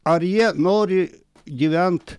ar jie nori gyvent